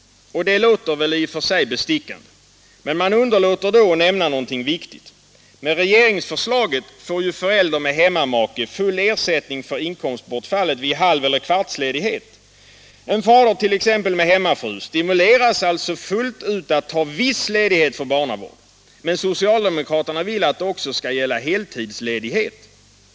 Det låter i och för sig bestickande, men man underlåter då att nämna något viktigt: Med regeringsförslaget får ju förälder med hemmamake full ersättning för inkomstbortfallet vid halveller kvartsledighet. En fader, t.ex. med hemmafru, stimuleras alltså fullt ut att ta viss ledighet för barnavård. Men socialdemokraterna vill att det också skall gälla heltidsledighet.